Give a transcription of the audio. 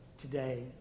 today